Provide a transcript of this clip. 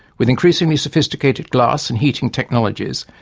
with increasingly sophisticated glass and heating technologies,